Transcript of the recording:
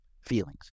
feelings